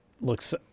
looks